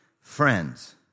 Friends